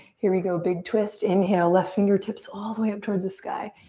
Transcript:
here we go, big twist. inhale, left fingertips all the way up towards the sky.